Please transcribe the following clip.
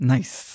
Nice